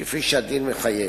כפי שהדין מחייב.